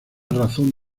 razón